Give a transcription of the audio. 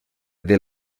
del